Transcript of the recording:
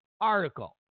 article